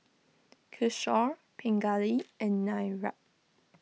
Kishore Pingali and Niraj